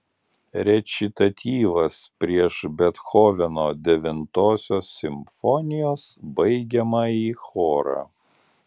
rečitatyvas prieš bethoveno devintosios simfonijos baigiamąjį chorą